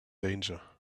danger